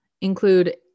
include